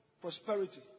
prosperity